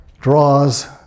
draws